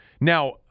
Now